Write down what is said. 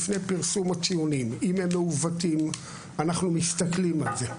לפני פרסום הציונים אם הם מעוותים אנחנו מסתכלים על זה.